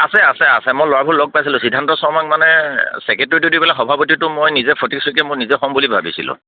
আছে আছে আছে মই ল'ৰাবোৰ লগ পাইছিলোঁ সিদ্ধান্ত শৰ্মাক মানে চেকেট্ৰেৰীটো দি পেলাই সভাপতিটো মই ফটিক শইকীয়া মই নিজে হ'ম বুলি ভাবিছিলোঁ